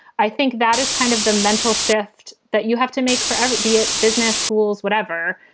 i think that is kind of the mental shift that you have to make for everybody at business schools, whatever.